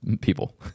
people